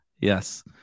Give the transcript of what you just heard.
Yes